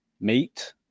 meet